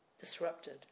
disrupted